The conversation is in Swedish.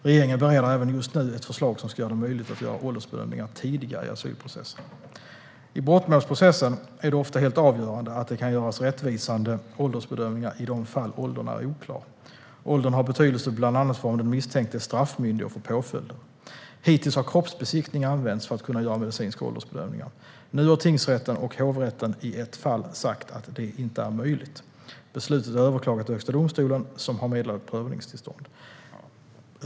Regeringen bereder även just nu ett förslag som ska göra det möjligt att göra åldersbedömningar tidigare i asylprocessen. I brottmålsprocessen är det ofta helt avgörande att det kan göras rättvisande åldersbedömningar i de fall åldern är oklar. Åldern har betydelse bland annat för om den misstänkte är straffmyndig och för påföljden. Hittills har kroppsbesiktning använts för att kunna göra medicinska åldersbedömningar. Nu har tingsrätten och hovrätten i ett fall sagt att det inte är möjligt. Beslutet är överklagat till Högsta domstolen som har meddelat prövningstillstånd.